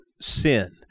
sin